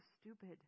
stupid